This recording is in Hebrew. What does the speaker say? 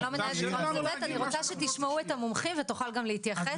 אני רוצה שתשמעו את המומחים ותוכלו גם להתייחס.